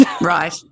Right